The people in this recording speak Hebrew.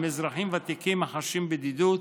עם אזרחים ותיקים החשים בדידות,